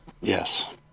Yes